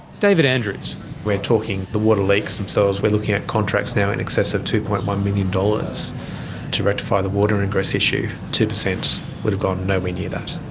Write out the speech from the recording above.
david andrews we're talking the water leaks themselves, we're looking at contracts now in excess of two dollars. one million dollars to rectify the water ingress issue. two percent would've gone nowhere near that.